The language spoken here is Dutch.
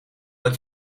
dat